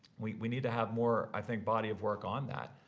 we need to have more, i think, body of work on that,